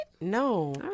No